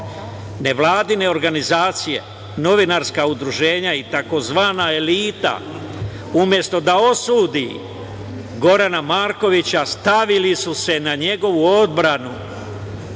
nevladine organizacije, novinarska udruženja i tzv. elita umesto da osudi Gorana Markovića stavili su se na njegovu odbranu